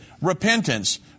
repentance